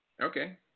Okay